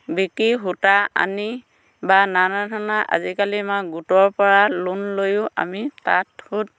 বিকি সূতা আনি বা নানাধৰণে আজিকালি আমাৰ গোটৰ পৰা লোনলৈও আমি তাত সূত